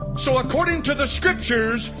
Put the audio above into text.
so according to the scriptures,